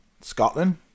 Scotland